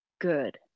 good